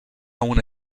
una